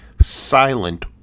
silent